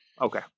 Okay